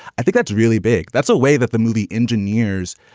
i think that's really big. that's a way that the movie engined years.